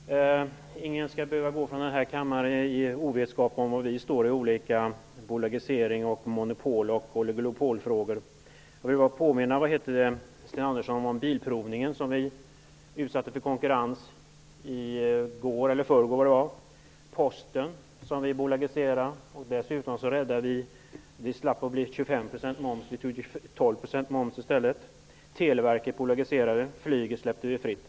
Herr talman! Ingen skall behöva gå från denna kammare i ovetskap om var vi står i olika bolagiserings-, monopol och oligopolfrågor. Jag vill bara påminna Sten Andersson i Malmö om bilprovningen, som vi utsatte för konkurrens i går eller förrgår. Vi bolagiserade Posten. Dessutom slapp vi 25 % moms. Det blev 12 % moms i stället. Televerket har bolagiserats, och flyget har vi släppt fritt.